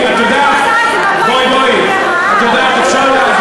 את יודעת, בואי, בואי, את יודעת, אפשר,